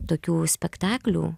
tokių spektaklių